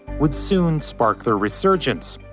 would soon spark their resurgence.